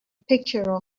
picture